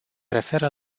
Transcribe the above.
referă